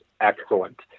excellent